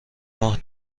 ماه